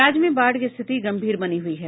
राज्य में बाढ़ की स्थिति गम्भीर बनी हुई है